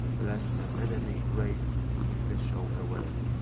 lest an enemy raid give the show away.